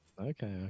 Okay